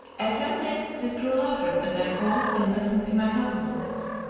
i fancied this grew louder as i paused and listened in my helplessness.